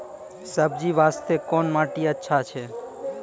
सब्जी बास्ते कोन माटी अचछा छै?